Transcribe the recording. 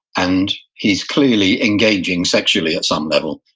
and he's clearly engaging sexually at some level.